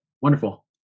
Wonderful